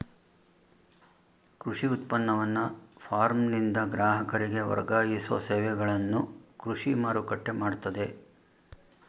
ಕೃಷಿ ಉತ್ಪನ್ನವನ್ನ ಫಾರ್ಮ್ನಿಂದ ಗ್ರಾಹಕರಿಗೆ ವರ್ಗಾಯಿಸೋ ಸೇವೆಗಳನ್ನು ಕೃಷಿ ಮಾರುಕಟ್ಟೆ ಮಾಡ್ತದೆ